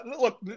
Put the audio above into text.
look